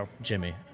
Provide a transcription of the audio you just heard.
Jimmy